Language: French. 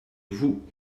vous